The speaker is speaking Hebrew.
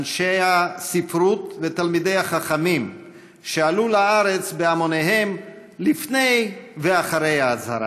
אנשי הספרות ותלמידי החכמים שעלו לארץ בהמוניהם לפני ואחרי ההצהרה.